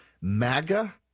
MAGA